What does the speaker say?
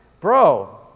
bro